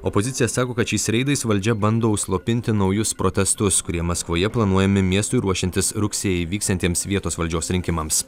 opozicija sako kad šiais reidais valdžia bando užslopinti naujus protestus kurie maskvoje planuojami miestui ruošiantis rugsėjį vyksiantiems vietos valdžios rinkimams